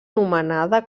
nomenada